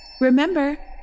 Remember